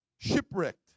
shipwrecked